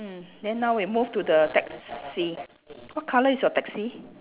mm then now we move to the taxi what colour is your taxi